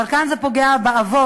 אבל כאן זה פוגע באבות,